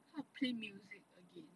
how to play music again